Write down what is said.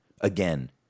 Again